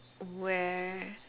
where